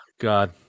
God